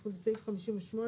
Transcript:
אנחנו בסעיף 58,